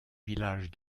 villages